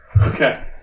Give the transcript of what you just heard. Okay